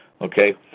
Okay